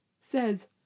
says